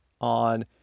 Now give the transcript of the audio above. on